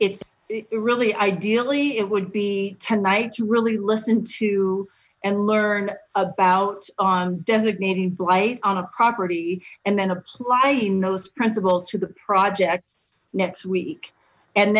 it's really ideally it would be tonight to really listen to and learn about on designating blight on a property and then applying those principles to the project next